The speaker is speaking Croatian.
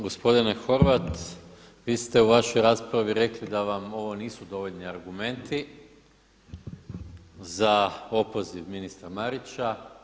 Gospodine Horvat vi ste u vašoj raspravi rekli da vam ovo nisu dovoljni argumenti za opoziv ministra Marića.